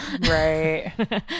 right